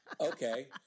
Okay